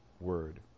word